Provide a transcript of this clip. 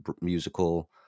musical